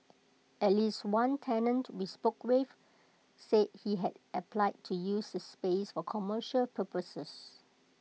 at least one tenant we spoke with said he had applied to use the space for commercial purposes